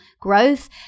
growth